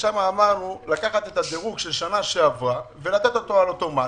ושם אמרנו לקחת את הדירוג של שנה שעברה ולתת אותו על אוטומט,